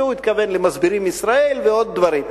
והוא התכוון למסבירים מישראל ולעוד דברים.